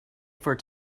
for